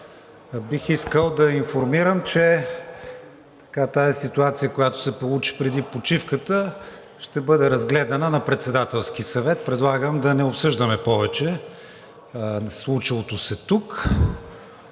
Бих искал да Ви информирам, че тази ситуация, която се получи преди почивката, ще бъде разгледана на Председателски съвет и предлагам да не обсъждаме повече случилото се тук,